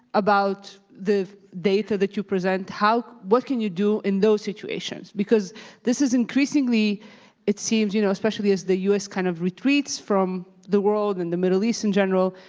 about the data that you present. what can you do in those situations? because this is increasingly it seems, you know especially as the u s. kind of retreats from the world and the middle east in general,